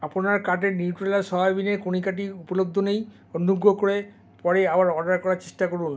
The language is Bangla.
আপনার কার্টের নিউট্রেলা সয়াবিনের কণিকাটি উপলব্ধ নেই অনুগ্রহ করে পরে আবার অর্ডার করার চেষ্টা করুন